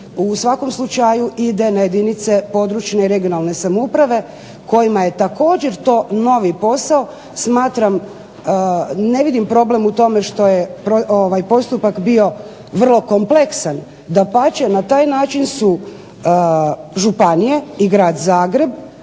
u svakom slučaju ide na jedinice područne regionalne samouprave, kojima je također to novi posao. Smatram, ne vidim problem u tome što je postupak bio vrlo kompleksan, dapače, na taj način su županije i Grad Zagreb,